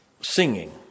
singing